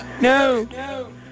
No